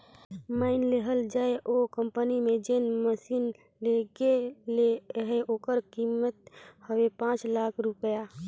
माएन लेहल जाए ओ कंपनी में जेन मसीन लगे ले अहे ओकर कीमेत हवे पाच लाख रूपिया